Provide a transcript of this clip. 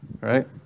right